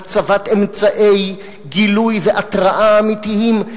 הצבת אמצעי גילוי והתרעה אמיתיים.